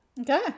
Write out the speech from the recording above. Okay